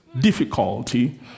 difficulty